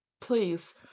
Please